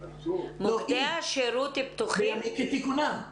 זה בימים כתיקונים.